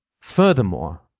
Furthermore